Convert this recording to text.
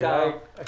אם